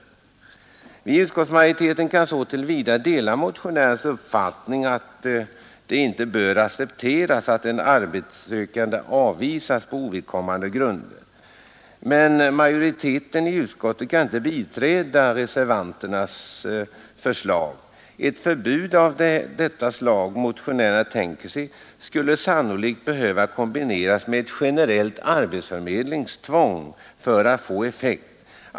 Vi i utskottsmajoriteten kan så till vida dela motionärernas uppfattning att det inte bör accepteras att en arbetssökande avvisas på ovidkommande grunder, men majoriteten i utskottet kan inte biträda reservanternas förslag. Ett förbud av det slag motionärerna tänker sig skulle sannolikt behöva kombineras med ett generellt arbetsförmedlingstvång för att få effekt.